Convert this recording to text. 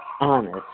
honest